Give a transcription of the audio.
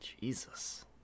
Jesus